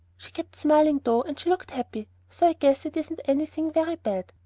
she kept smiling, though, and she looked happy, so i guess it isn't anything very bad.